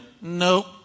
nope